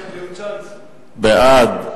בעד,